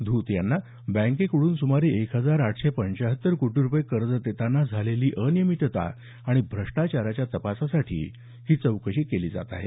धूत यांना बँकेकडून सूमारे एक हजार आठशे पंचाहत्तर कोटी रुपये कर्ज देताना झालेली अनियमितता आणि भ्रष्टाचाराच्या तपासासाठी ही चौकशी केली जात आहे